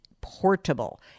portable